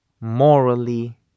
morally